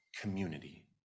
community